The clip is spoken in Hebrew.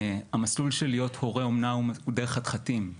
המסלול של להיות הורה אומנה הוא דרך חתחתים.